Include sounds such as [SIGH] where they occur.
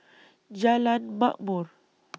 Jalan Ma'mor [NOISE]